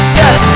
yes